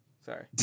Sorry